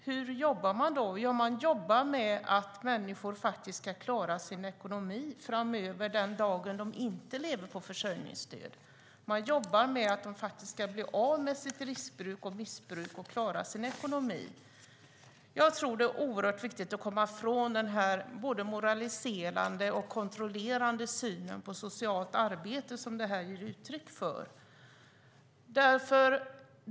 Hur jobbar man då? Jo, man jobbar med att människor faktiskt ska klara sin ekonomi framöver den dagen de inte lever på försörjningsstöd. Man jobbar med att de ska bli av med sitt riskbeteende och missbruk och klara sin ekonomi. Jag tror att det är oerhört viktigt att komma ifrån denna både moraliserande och kontrollerande syn på socialt arbete som regeringen ger uttryck för.